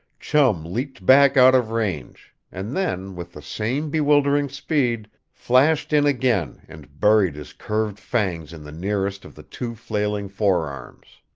chum leaped back out of range, and then, with the same bewildering speed, flashed in again and buried his curved fangs in the nearest of the two flailing forearms.